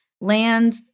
land